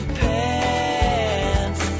pants